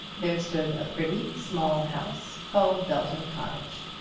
there stood a pretty, small house, called belton cottage.